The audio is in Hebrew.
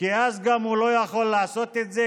אז הוא לא יכול לעשות גם את זה,